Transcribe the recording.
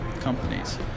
companies